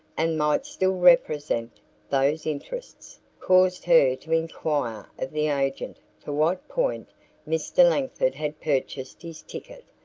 and might still represent those interests, caused her to inquire of the agent for what point mr. langford had purchased his ticket.